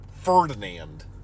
Ferdinand